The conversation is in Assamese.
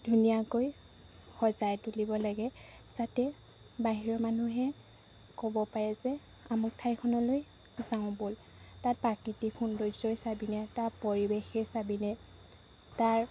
ধুনীয়াকৈ সজাই তুলিব লাগে যাতে বাহিৰৰ মানুহে ক'ব পাৰে যে আমুক ঠাইখনলৈ যাওঁ ব'ল তাত প্ৰাকৃতিক সৌন্দৰ্যই চাবিনে তাৰ পৰিৱেশেই চাবিনে তাৰ